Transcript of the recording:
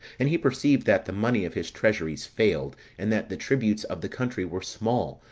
and he perceived that the money of his treasures failed, and that the tributes of the country were small,